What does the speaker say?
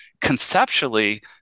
conceptually